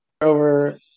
Over